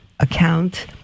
account